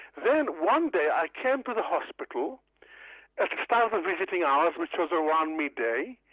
then one day i came to the hospital at the start of visiting hours which was around midday,